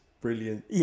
brilliant